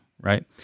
right